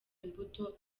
imbuto